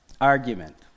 argument